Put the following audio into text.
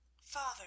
Father